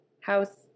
House